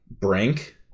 Brink